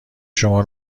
شما